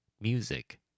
Music